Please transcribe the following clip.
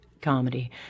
comedy